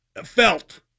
felt